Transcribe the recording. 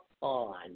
on